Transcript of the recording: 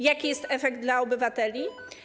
Jaki jest efekt dla obywateli?